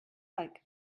like